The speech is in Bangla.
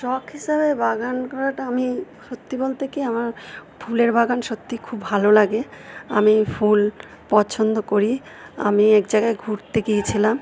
শখ হিসাবে বাগান করাটা আমি সত্যি বলতে কি আমার ফুলের বাগান সত্যিই খুব ভালো লাগে আমি ফুল পছন্দ করি আমি এক জায়গায় ঘুরতে গিয়েছিলাম